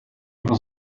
was